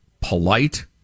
polite